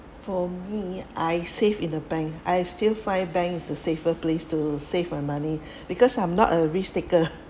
for me I save in a bank I still find bank is the safer place to save my money because I'm not a risk taker